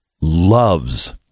loves